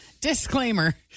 disclaimer